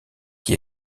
qui